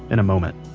in a moment